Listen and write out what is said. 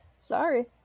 Sorry